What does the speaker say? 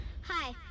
Hi